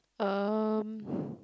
um